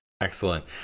Excellent